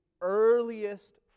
earliest